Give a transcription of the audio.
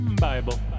Bible